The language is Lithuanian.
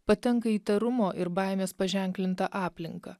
patenka į įtarumo ir baimės paženklintą aplinką